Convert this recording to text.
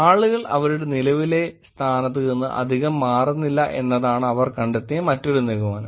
ആളുകൾ അവരുടെ നിലവിലെ സ്ഥാനത്ത് നിന്ന് അധികം മാറുന്നില്ല എന്നതാണ് അവർ കണ്ടെത്തിയ മറ്റൊരു നിഗമനം